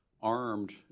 armed